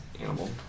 animal